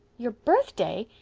your birthday?